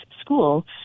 school